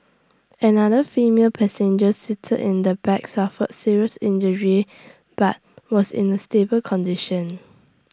another female passenger seated in the back suffered serious injuries but was in A stable condition